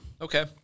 Okay